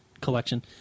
collection